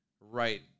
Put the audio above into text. right